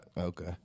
Okay